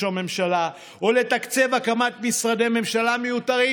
הממשלה או לתקצב הקמת משרדי ממשלה מיותרים.